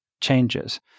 changes